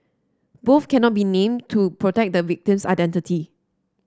both cannot be named to protect the victim's identity